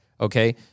Okay